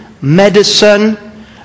medicine